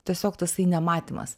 tiesiog tasai nematymas